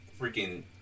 freaking